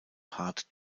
hart